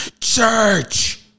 Church